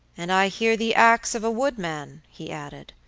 and i hear the axe of a woodman, he added,